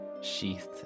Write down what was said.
sheathed